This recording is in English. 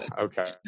Okay